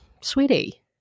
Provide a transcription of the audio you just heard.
Sweetie